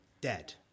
dead